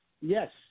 Yes